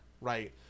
right